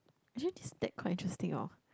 actually this stack quite interesting orh